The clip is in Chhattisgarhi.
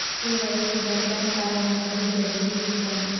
के.वाई.सी बर पैन कारड नम्बर भी जरूरी हे कौन?